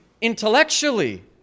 intellectually